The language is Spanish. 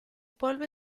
pueblo